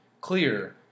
clear